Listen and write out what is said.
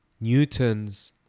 Newton's